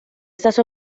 estas